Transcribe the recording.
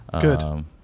Good